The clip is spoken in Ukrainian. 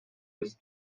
весь